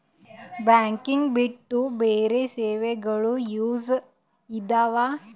Banking ಬಿಟ್ಟು ಬೇರೆ ಸೇವೆಗಳು ಯೂಸ್ ಇದಾವ?